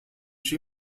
she